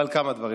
אבל כמה דברים.